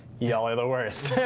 y'all are the worst.